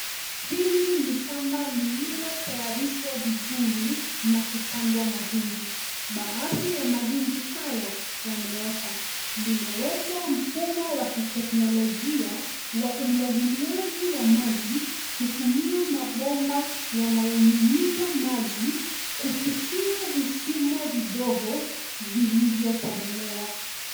Hili ni shamba lililotayarishwa vizuri na kupandwa mahindi. Baadhi ya mahindi haya yameota. Limewekwa mfumo wa kiteknolojia wa umwangiliaji wa maji kutumia mabomba yanayonyunyiza maji kupitia vishimo vidogo vilivyotobolewa.